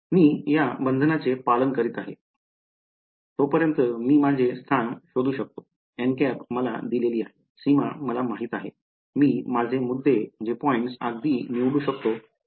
मी या बंधनांचे पालन करीत आहे तोपर्यंत मी माझे स्थान शोधू शकतो मला दिलेली आहे सीमा मला माहित आहे मी माझे मुद्दे अगदी निवडू शकतो की मी याला येथे हलवू शकतो